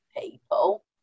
people